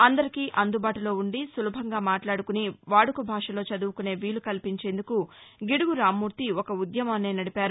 అందరికీ అందుబాటులో వుండిసులభంగా మాట్లాదుకునివాదుక భాషలో చదువుకునే వీలు కల్పించేందుకు గిడుగు రామ్మూర్తి ఒక ఉద్యమాన్నే నడిపారు